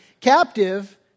captive